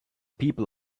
people